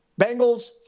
Bengals